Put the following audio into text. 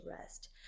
rest